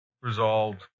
resolved